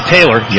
Taylor